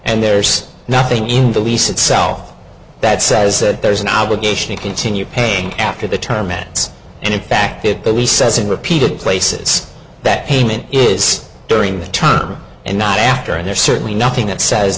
and there's nothing in the lease itself that says that there is an obligation to continue paying after the tournaments and in fact it that he says in repeated places that payment is during the time and not after and there's certainly nothing that says